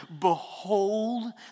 behold